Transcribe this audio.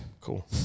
Cool